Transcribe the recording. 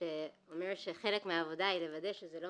שאומר שחלק מהעבודה היא לוודא שזה לא